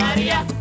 Maria